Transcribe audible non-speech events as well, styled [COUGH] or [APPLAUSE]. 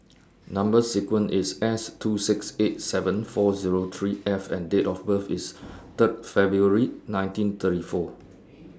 [NOISE] Number sequence IS S two six eight seven four Zero three F and Date of birth IS [NOISE] Third February nineteen thirty four